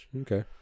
Okay